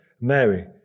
Mary